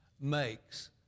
Makes